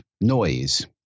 noise